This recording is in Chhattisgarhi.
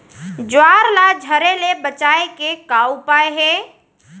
ज्वार ला झरे ले बचाए के का उपाय हे?